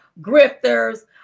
grifters